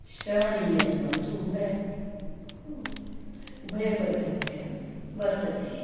श्रवणीयत्वं तु उभय उ उभयपद्धत्यां वर्तते एव